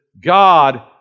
God